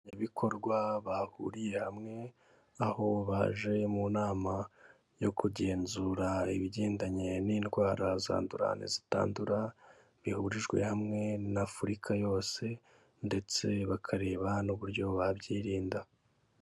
Ibikorwa bahuriye hamwe, aho baje mu nama yo kugenzura ibigendanye n'indwara zandura n'izitandura, bihurijwe hamwe na Afurika yose ndetse bakareba n'uburyo babyirinda.